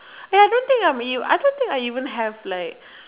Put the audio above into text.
eh I don't think I'm eel I don't think I even have like